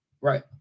Right